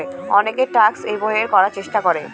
অনেকে tax avoid করার চেষ্টা করে